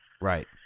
Right